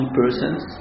persons